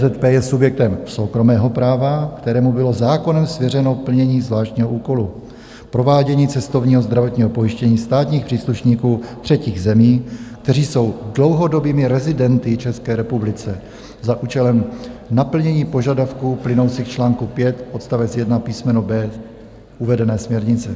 PVZP je subjektem soukromého práva, kterému bylo zákonem svěřeno plnění zvláštního úkolu provádění cestovního zdravotního pojištění státních příslušníků třetích zemí, kteří jsou dlouhodobými rezidenty v České republice, za účelem naplnění požadavků plynoucích z čl. 5 odst. 1 písmeno b) uvedené směrnice.